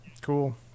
cool